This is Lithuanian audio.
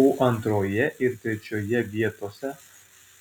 o antroje ir trečioje vietose